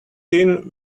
thin